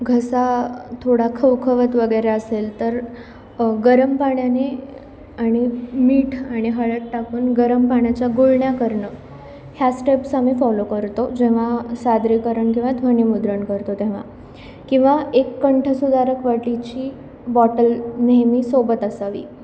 घसा थोडा खवखवत वगैरे असेल तर गरम पाण्याने आणि मीठ आणि हळद टाकून गरम पाण्याच्या गुळण्या करणं ह्या स्टेप्स आम्ही फॉलो करतो जेव्हा सादरीकरण किंवा ध्वनीमुद्रण करतो तेव्हा किंवा एक कंठ सुधारकवटीची बॉटल नेहमी सोबत असावी